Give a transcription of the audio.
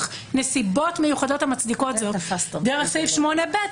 נסיבות מיוחדות המצדיקות זאת דרך סעיף 8(ב)